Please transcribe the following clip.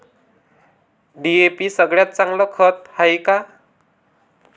DAP सगळ्यात चांगलं खत हाये का?